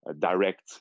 direct